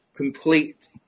complete